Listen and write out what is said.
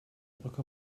brücke